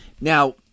Now